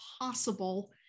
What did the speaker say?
possible